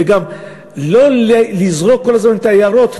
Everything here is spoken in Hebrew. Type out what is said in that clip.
וגם לא לזרוק כל הזמן את ההערות,